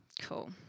Cool